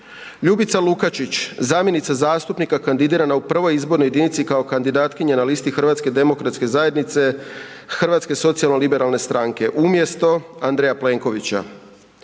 Ljubica Lukačić, zamjenica zastupnika kandidiranog u 1. izbornoj jedini kao kandidatkinja na listi Hrvatske demokratske zajednice, HDZ, Hrvatske socijalno-liberalne stranke HSLS, umjesto Andreja Plenkovića;